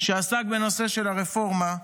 שעסק בנושא של הרפורמה,